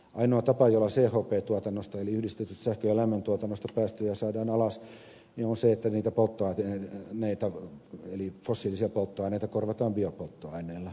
ainoa tapa jolla chp tuotannosta eli yhdistetystä sähkön ja lämmöntuotannosta päästöjä saadaan alas on se että niitä fossiilisia polttoaineita korvataan biopolttoaineilla